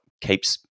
keeps